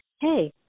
hey